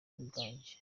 bwanjye